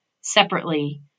separately